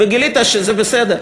וגילית שזה בסדר,